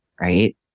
right